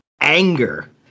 anger